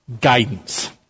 guidance